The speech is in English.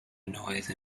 noise